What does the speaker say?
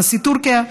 נשיא טורקיה,